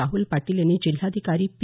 राहुल पाटील यांनी जिल्हाधिकारी पी